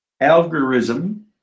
algorithm